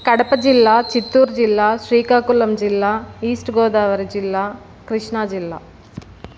కడప జిల్లా చిత్తూరు జిల్లా శ్రీకాకుళం జిల్లా ఈస్ట్ గోదావరి జిల్లా కృష్ణా జిల్లా